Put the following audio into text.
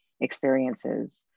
experiences